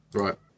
right